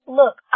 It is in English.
look